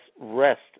rest